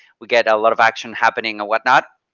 we get a lot of action happening or whatnot.